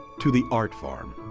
to the art farm.